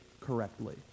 correctly